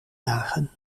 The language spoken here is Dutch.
jagen